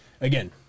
again